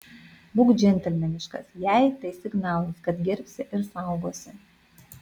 būk džentelmeniškas jai tai signalas kad gerbsi ir saugosi